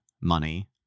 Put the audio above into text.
money